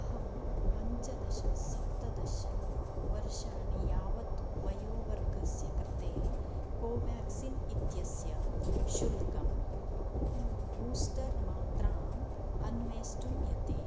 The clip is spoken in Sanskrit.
अहं पञ्चदश सप्तदश वर्षाणि यावत् वयोवर्गस्य कृते कोव्याक्सीन् इत्यस्य शुल्कं बूस्टर् मात्राम् अन्वेष्टुं यते